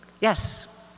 Yes